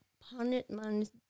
punishment